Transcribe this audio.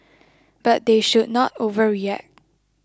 but they should not overreact